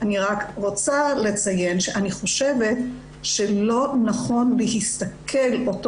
אני רק רוצה לציין שאני חושבת שלא נכון להסתכל אותו